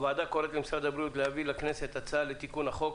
הוועדה קוראת למשרד הבריאות להביא לכנסת הצעה לתיקון החוק,